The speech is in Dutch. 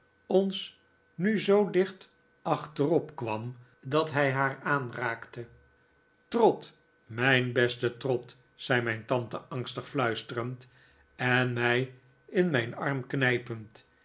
ons nu zoo dicht achterop kwam dat hij haar aanraakte trot mijn beste trot zei mijn tante angstig fluisterend en mij in mijn arm knijpend